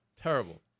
Terrible